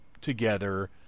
together